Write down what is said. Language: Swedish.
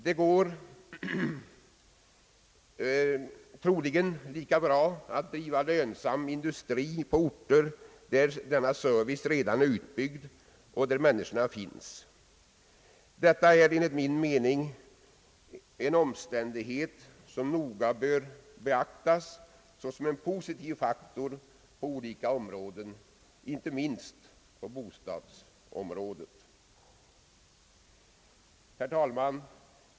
Det går troligen lika bra att driva lönsam industri på orter, där denna service redan är utbyggd och där människorna finns. Detta är enligt min mening en omständighet som noga bör beaktas såsom en positiv faktor på olika områden — inte minst på bostadsområdet.